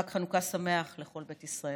חג חנוכה שמח לכל בית ישראל.